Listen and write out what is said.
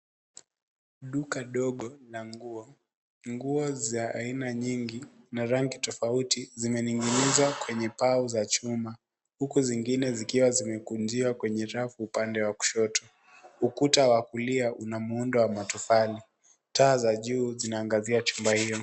Duka dogo la nguo, nguo za aina nyingi na rangi tofauti, zimening'inizwa kwenye pao za chuma, huku zingine zikiwa zimekunjiwa kwenye rafu upande wa kushoto. Ukuta wa kulia una muundo wa matofali. Taa za juu zinaangazia chumba hiyo.